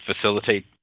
facilitate